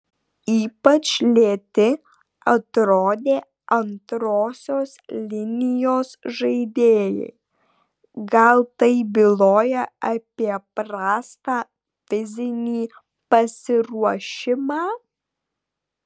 ypač lėti atrodė antrosios linijos žaidėjai gal tai byloja apie prastą fizinį pasiruošimą